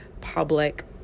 public